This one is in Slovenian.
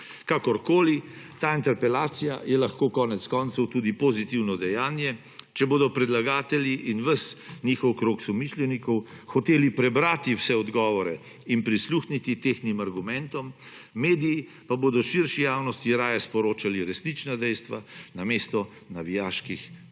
Kakorkoli, ta interpelacija je lahko konec koncev tudi pozitivno dejanje, če bodo predlagatelji in ves njihov krog somišljenikov hoteli prebrati vse odgovore in prisluhniti tehtnim argumentom, mediji pa bodo širši javnosti raje sporočali resnična dejstva namesto navijaških pamfletov.